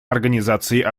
организации